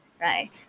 right